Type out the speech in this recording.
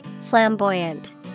flamboyant